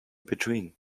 between